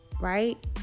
right